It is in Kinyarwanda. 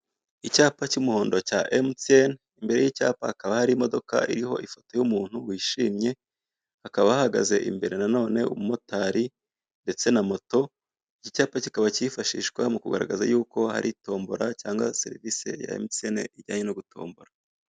Icyapa cy'umuhondo cya MTN, imbere y'icyapa hakaba hari imodoka iriho y'umuntu wishimye, hakaba hahagaze imbere na none umumotari ndetse na moto, icyo cyapa kikaba kifashishwa mu kugaragaza yuko hari tombora, cyangwa serivise ya MTN ijyanye no gutombora.